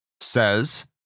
says